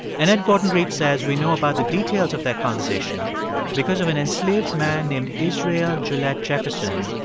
annette gordon-reed says we know about the details of their conversation because of an enslaved man named israel gillette jefferson,